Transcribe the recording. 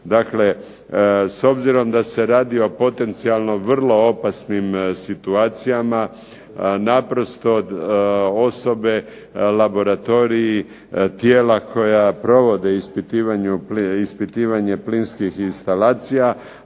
Dakle, s obzirom da se radi o potencijalno vrlo opasnim situacijama naprosto osobe, laboratoriji, tijela koja provode ispitivanje plinskih instalacija